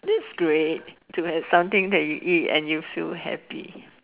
this great to have something that you and you can eat and feel happy